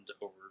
over